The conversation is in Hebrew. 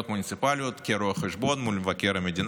מוניציפליות כרואה חשבון מול מבקר המדינה,